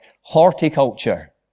Horticulture